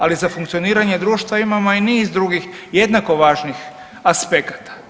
Ali za funkcioniranje društva imamo i niz drugih jednako važnih aspekata.